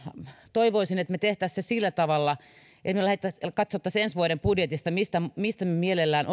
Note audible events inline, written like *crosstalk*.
toivoisin että me tekisimme ne sillä tavalla että me katsoisimme ensi vuoden budjetista mistä me mielellään *unintelligible*